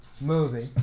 movie